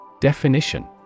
Definition